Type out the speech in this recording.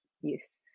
use